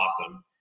awesome